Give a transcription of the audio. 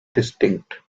distinct